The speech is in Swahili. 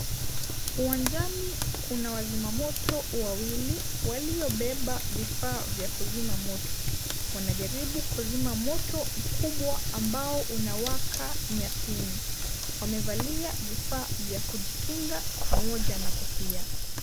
Uwanjani kuna wazima moto wawili waliobeba vifaa vya kuzima moto wanajaribu kuzima moto mkubwa ambao unawaka nyasini. Wamevalia vifaa vya kujikinga pamoja na kofia.